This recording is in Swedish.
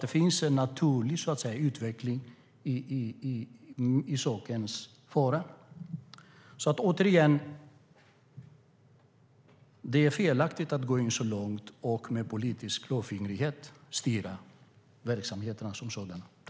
Det finns därför en naturlig utveckling i saken.